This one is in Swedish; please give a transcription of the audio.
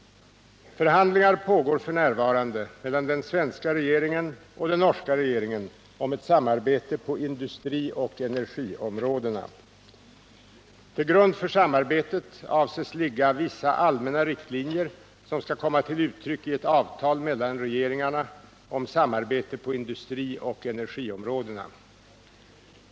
Förhandlingar pågår f. n. mellan den svenska regeringen och den norska regeringen om ett samarbete på industrioch energiområdena. Till grund för samarbetet avses ligga vissa allmänna riktlinjer som skall komma till uttryck i ett avtal mellan regeringarna om samarbete på industrioch energiområdena.